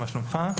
מה שלומך.